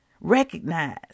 Recognize